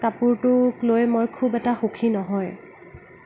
কাপোৰটোক লৈ মই খুব এটা সুখী নহয়